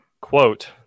quote